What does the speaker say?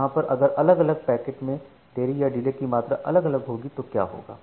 यहां पर अगर अलग अलग पैकेट में देरी या डिले की मात्रा अलग अलग होगी तो क्या होगा